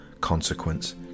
Consequence